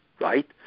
right